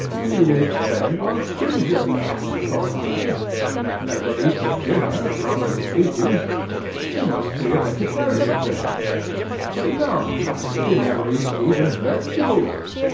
he lives, then, on ginger-nuts, thought i never eats a dinner, properly speaking he must be a vegetarian then but no he never eats even vegetables,